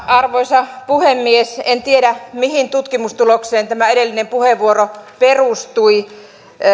arvoisa puhemies en tiedä mihin tutkimustulokseen edellinen puheenvuoro perustui